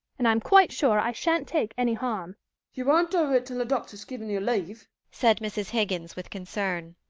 and i'm quite sure i shan't take any harm you won't do it till the doctor's given you leave said mrs. higgins with concern.